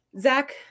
Zach